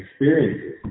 experiences